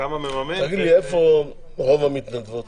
איפה רוב המתנדבות?